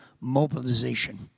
Mobilization